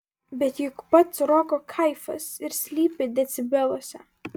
bet juk pats roko kaifas ir slypi decibeluose